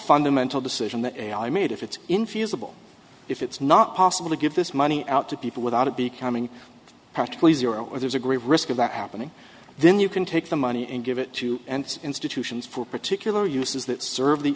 fundamental decision that i made if it's infeasible if it's not possible to get this money out to people without it becoming practically zero or there's a great risk about happening then you can take the money and give it to and institutions for particular uses that serve the